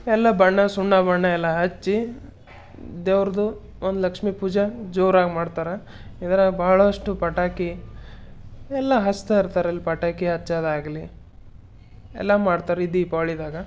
ಎಲ್ಲ ಬಣ್ಣ ಸುಣ್ಣ ಬಣ್ಣ ಎಲ್ಲ ಹಚ್ಚಿ ದೇವರ್ದು ಒಂದು ಲಕ್ಷ್ಮೀ ಪೂಜೆ ಜೋರಾಗಿ ಮಾಡ್ತಾರೆ ಇದರಾಗ ಭಾಳಷ್ಟು ಪಟಾಕಿ ಎಲ್ಲ ಹಚ್ತಾಯಿರ್ತಾರೆ ಎಲ್ಲ ಪಟಾಕಿ ಹಚ್ಚೋದಾಗಲಿ ಎಲ್ಲ ಮಾಡ್ತಾರೆ ಈ ದೀಪಾವಳಿದಾಗ